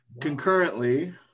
concurrently